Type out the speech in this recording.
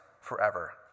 forever